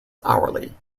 hourly